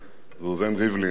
ראובן ריבלין,